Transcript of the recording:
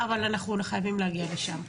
היא תענה, אבל אנחנו חייבים להגיע לשם.